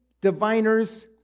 diviners